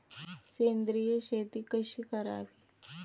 सेंद्रिय शेती कशी करावी?